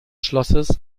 schlosses